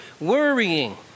worrying